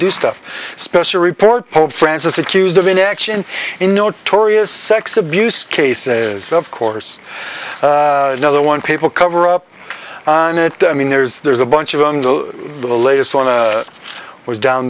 do stuff special report pope francis accused of inaction in notorious sex abuse cases of course another one people cover up i mean there's there's a bunch of the latest on i was down